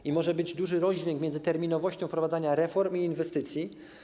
I może być duży rozdźwięk między terminowością wprowadzania reform i inwestycji.